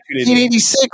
1986